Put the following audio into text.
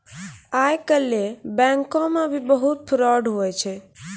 आइ काल्हि बैंको मे भी बहुत फरौड हुवै छै